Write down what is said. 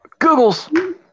Googles